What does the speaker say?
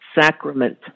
sacrament